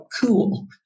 cool